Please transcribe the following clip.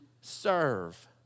serve